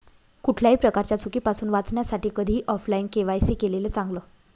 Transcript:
कुठल्याही प्रकारच्या चुकीपासुन वाचण्यासाठी कधीही ऑफलाइन के.वाय.सी केलेलं चांगल